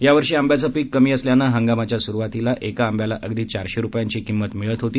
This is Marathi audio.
यावर्षी आंब्याचं पीक कमी असल्यानं हंगामाच्या सुरवातीला एका आंब्याला अगदी चारशे रुपयांची किंमत मिळत होती